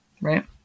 Right